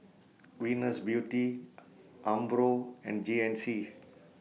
Venus Beauty Umbro and G N C